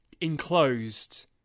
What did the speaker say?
Enclosed